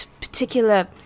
particular